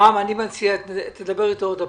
רם, אני מציע שתדבר איתו עוד הפעם.